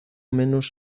menos